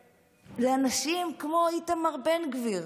ולאנשים כמו איתמר בן גביר?